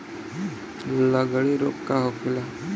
लगड़ी रोग का होखेला?